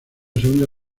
segunda